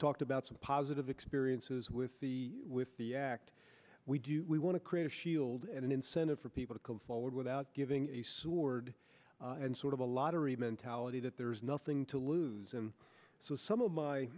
talked about some positive experiences with the with the act we do we want to create a shield and an incentive for people to come forward without giving a sword and sort of a lottery mentality that there's nothing to lose and so some of my